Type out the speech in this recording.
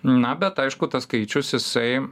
na bet aišku tas skaičius jisai